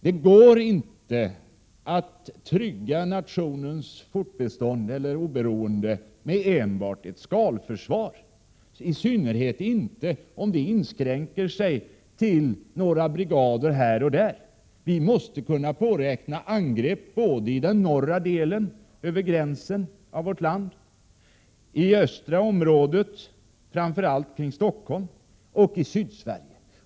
Det går inte att trygga nationens fortbestånd eller oberoende med enbart ett skalförsvar, i synnerhet inte om det inskränker sig till några brigader här och några där. Vi måste räkna med angrepp i den norra delen, över gränsen till vårt land, och i det östra området, framför allt kring Stockholm, samt i Sydsverige.